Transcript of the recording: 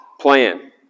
plan